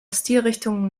stilrichtungen